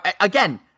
Again